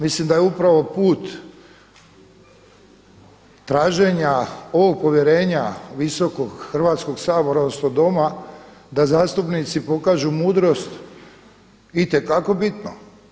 Mislim da je upravo put traženja ovoga povjerenja visokog Hrvatskog sabora ovoga doma da zastupnici pokažu mudrost itekako bitno.